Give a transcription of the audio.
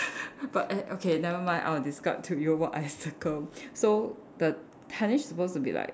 but eh okay never mind I'll describe to you what I circled so the tennis is supposed to be like